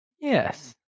yes